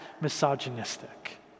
misogynistic